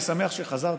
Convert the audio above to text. אני שמח שחזרת,